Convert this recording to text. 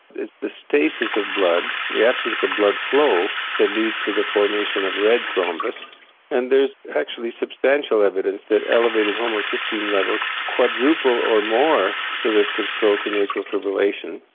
it's the stasis of blood, the absence of blood flow that leads to the formation of red thrombus and there's actually substantial evidence that elevated homocysteine levels quadruple or more the risk of stroke in atrial fibrillation,